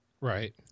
Right